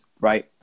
right